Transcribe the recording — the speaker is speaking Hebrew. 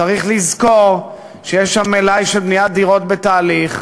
צריך לזכור שיש שם מלאי של בניית דירות בתהליך,